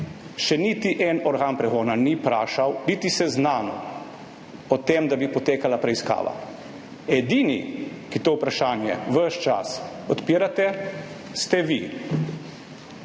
še niti en organ pregona ni vprašal, niti seznanil o tem, da bi potekala preiskava. Edini, ki to vprašanje ves čas odpirate, ste vi.S